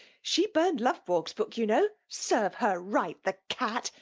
she burned lovborg's book, you know. serve her right, the cat!